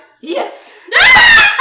Yes